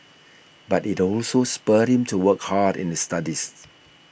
but it also spurred him to work hard in the studies